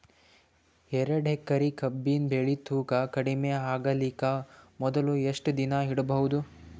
ಎರಡೇಕರಿ ಕಬ್ಬಿನ್ ಬೆಳಿ ತೂಕ ಕಡಿಮೆ ಆಗಲಿಕ ಮೊದಲು ಎಷ್ಟ ದಿನ ಇಡಬಹುದು?